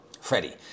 Freddie